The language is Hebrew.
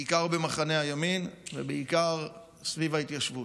בעיקר במחנה הימין ובעיקר סביב ההתיישבות.